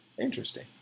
Interesting